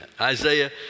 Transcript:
Isaiah